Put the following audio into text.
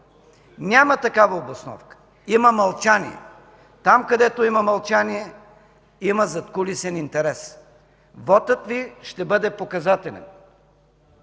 Няма такава обосновка. Има мълчание. Там, където има мълчание, има задкулисен интерес. Вотът Ви ще бъде показателен!